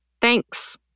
Thanks